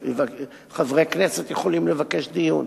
וחברי כנסת יכולים לבקש דיון.